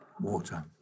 Water